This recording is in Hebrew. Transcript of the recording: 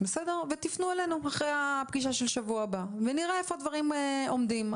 תפנו אלינו אחרי הפגישה בשבוע הבא ונראה איפה הדברים עומדים.